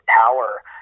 power